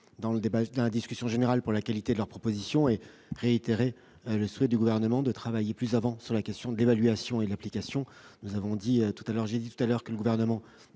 dans la discussion générale de la qualité de leurs propositions et réitérer le souhait du Gouvernement de travailler plus avant sur la question de l'évaluation et de l'application. J'ai dit tout à l'heure que le Gouvernement